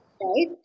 Right